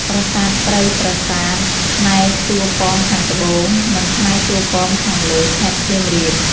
ប្រាសាទព្រៃប្រាសាទ (ផ្នែកតួប៉មខាងត្បូង និងផ្នែកតួប៉មខាងលើ) (ខេត្តសៀមរាប)។